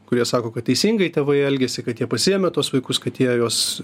kurie sako kad teisingai tėvai elgiasi kad jie pasiėmė tuos vaikus kad jie juos